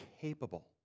capable